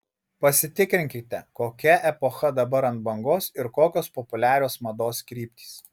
pasitikrinkite kokia epocha dabar ant bangos ir kokios populiarios mados kryptys